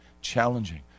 challenging